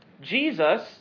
Jesus